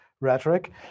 rhetoric